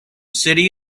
city